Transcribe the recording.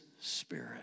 Spirit